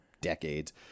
decades